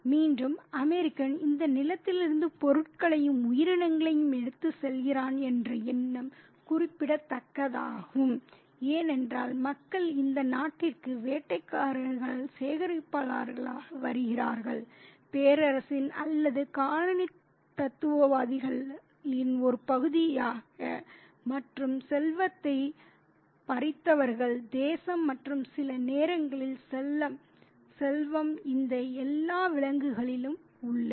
மீண்டும் அமெரிக்கன் இந்த நிலத்திலிருந்து பொருட்களையும் உயிரினங்களையும் எடுத்துச் செல்கிறான் என்ற எண்ணம் குறிப்பிடத்தக்கதாகும் ஏனென்றால் மக்கள் இந்த நாட்டிற்கு வேட்டைக்காரர்கள் சேகரிப்பாளர்களாக வருகிறார்கள் பேரரசின் அல்லது காலனித்துவவாதிகளின் ஒரு பகுதியாக மற்றும் செல்வத்தை பறித்தவர்கள் தேசம் மற்றும் சில நேரங்களில் செல்வம் இந்த எல்லா விலங்குகளிலும் உள்ளது